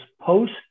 post